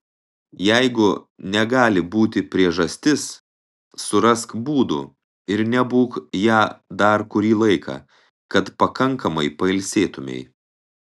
jeigu negali būti priežastis surask būdų ir nebūk ja dar kurį laiką kad pakankamai pailsėtumei